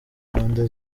mpande